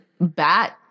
bat